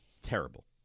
Terrible